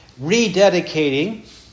rededicating